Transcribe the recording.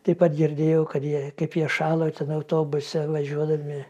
taip pat girdėjau kad jie kaip jie šalo ten autobuse važiuodami